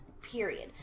period